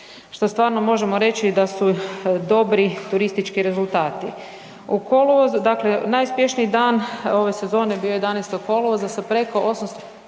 što stvarno možemo reći da su dobri turistički rezultati. Dakle, najuspješniji dan ove sezone bio je 11. kolovoza sa preko 10.000